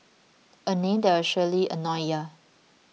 a name that will surely annoy ya